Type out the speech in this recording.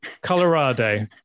Colorado